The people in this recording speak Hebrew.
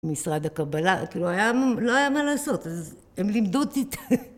משרד הקבלה, לא היה מה לעשות, הם לימדו אותי.